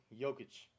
Jokic